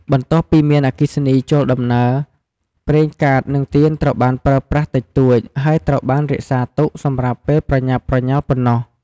បន្ទាប់ពីមានអគ្គិសនីចូលដំណើរ ប្រេងកាត និងទៀនត្រូវបានប្រើប្រាស់តិចតួច ហើយត្រូវបានរក្សាទុកសម្រាប់ពេលប្រញាប់ប្រញាល់ប៉ុណ្ណោះ។